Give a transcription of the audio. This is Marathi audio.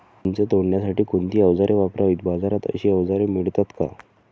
चिंच तोडण्यासाठी कोणती औजारे वापरावीत? बाजारात अशी औजारे मिळतात का?